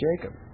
Jacob